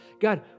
God